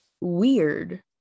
weird